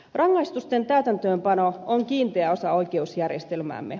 rangaistusten täytäntöönpano on kiinteä osa oikeusjärjestelmäämme